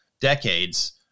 decades